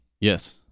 Yes